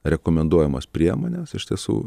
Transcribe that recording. rekomenduojamos priemonės iš tiesų